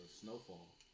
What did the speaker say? Snowfall